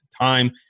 time